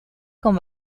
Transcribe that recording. con